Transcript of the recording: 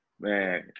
man